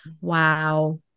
Wow